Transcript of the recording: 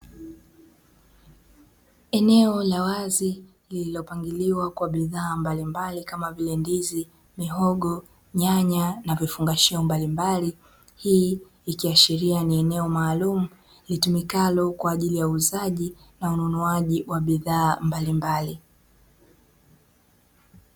Eneo la wazi lililopangiliwa kwa bidhaa mbalimbali kama vile ndizi, mihogo, nyanya, na vifungashio mbalimbali, hii ikiashiria ni eneo maalumu litumikalo kwa ajili ya uuzaji na ununuaji wa bidhaa mbalimbali.